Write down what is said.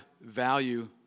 value